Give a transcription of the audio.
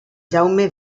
jaume